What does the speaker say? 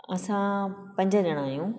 असां पंज ॼणा आहियूं